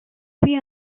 puis